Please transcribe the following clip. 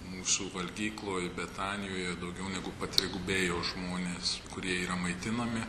mūsų valgykloj betanijoje daugiau negu patrigubėjo žmonės kurie yra maitinami